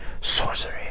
sorcery